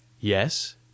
Yes